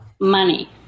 money